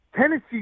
Tennessee